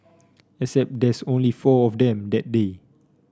except there's only four of them that day